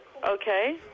Okay